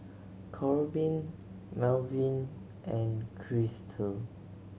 Korbin Melvyn and Krystle